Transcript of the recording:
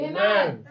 Amen